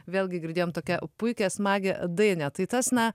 vėlgi girdėjom tokią puikią smagią dainą tai tas na